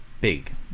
big